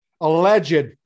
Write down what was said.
alleged